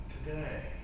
Today